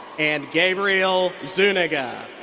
and gabriel zuniga.